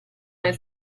nel